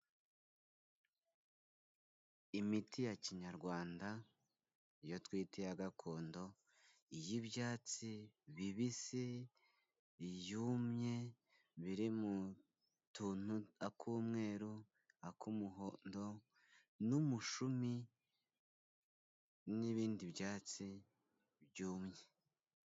Imiti ya kinyarwanda iyotwite iya gakondo, iy'ibyatsi bibisi, yumye biri mu tuntu, ak'umweru, ak'umuhondo, n'umushumi, n'ibindi byatsi byumye.